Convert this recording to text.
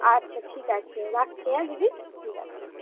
আচ্ছা ঠিক আছে রাখছি অ্যাঁ দিদি ঠিক আছে